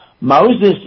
Moses